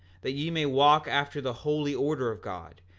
that ye may walk after the holy order of god,